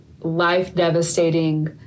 life-devastating